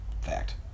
Fact